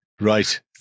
Right